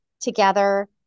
together